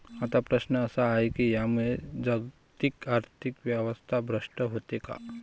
आता प्रश्न असा आहे की यामुळे जागतिक आर्थिक व्यवस्था भ्रष्ट होते का?